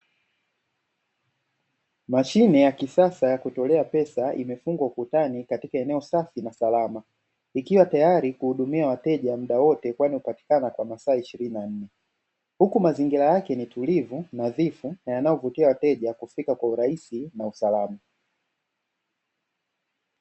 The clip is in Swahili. Mashine ya kisasa ya kutolea pesa imefungwa ukutani katika eneo safi na salama, ikiwa tayari kuhudumia wateja muda wote kwani hupatikana kwa masaa ishirini na nne, huku mazingira yake ni tulivu, nadhifu, na yanayowavutia wateja kufika kwa urahisi na usalama.